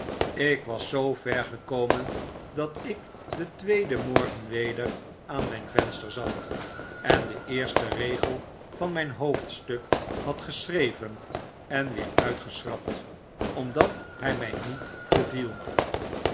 ik was zoo ver gekomen dat ik den tweeden morgen weder aan myn venster zat en den eersten regel van mp hoofdstuk had geschreven en weer uitgeschrapt omdat by my niet beviel